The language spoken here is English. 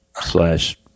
slash